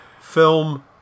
film